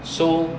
so